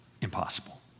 Impossible